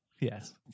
yes